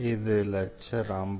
இது லெக்சர் 52